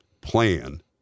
plan